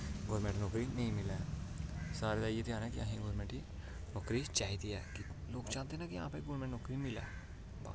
government नौकरी नेई मिलै सारें दा इ'यै ध्यान कि असें ई गौरमैंट दी नौकरी चाही दी ऐ लोग चांह्दे न कि असें गौरमैंट नौकरी मिलै